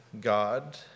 God